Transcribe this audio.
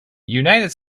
united